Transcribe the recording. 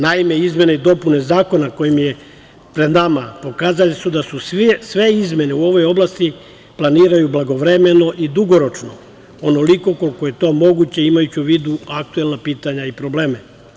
Naime, izmene i dopune Zakona koji je pred nama, pokazale su da su sve izmene u ovoj oblasti, da se planiraju blagovremeno i dugoročno, onoliko koliko je to moguće imajući u vidu aktuelna pitanja i probleme.